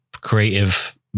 creative